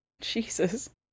Jesus